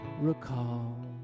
recall